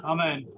Amen